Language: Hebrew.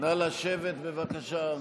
נא לשבת, בבקשה.